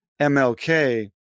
MLK